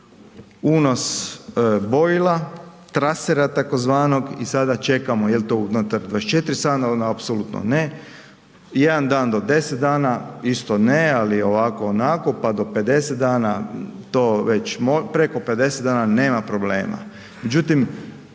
unos bojila, trasera tzv. i sada čekamo je li to unutar 24 sata, onda apsolutno ne i jedan dan do 10 dana, isto ne, ali ovako, onako, pa do 50 dana, to već, preko 50 dana nema problema.